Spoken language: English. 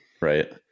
right